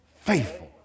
Faithful